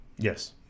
Yes